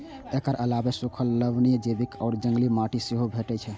एकर अलावे सूखल, लवणीय, जैविक आ जंगली माटि सेहो भेटै छै